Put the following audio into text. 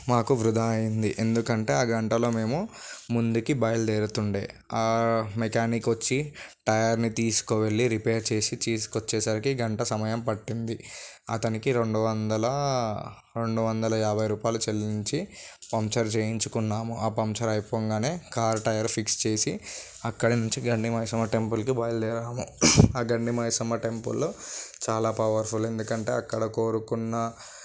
మాకు వృధా అయ్యింది ఎందుకంటే ఆ గంటలో మేము ముందుకి బయలుదేరుతు ఉండే ఆ మెకానిక్ వచ్చి టైర్ని తీసుకు వెళ్ళి రిపేర్ చేసి తీసుకొచ్చేసరికి గంట సమయం పట్టింది అతనికి రెండు వందల రెండు వందల యాభై రూపాయలు చెల్లించి పంచర్ చేయించుకున్నాము ఆ పంచర్ అయిపోగానే కార్ టైర్ ఫిక్స్ చేసి అక్కడి నుంచి గండి మైసమ్మ టెంపుల్కి బయలుదేరాము ఆ గండి మైసమ్మ టెంపుల్లో చాలా పవర్ఫుల్ ఎందుకంటే అక్కడ కోరుకున్న